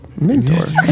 mentor